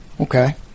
Okay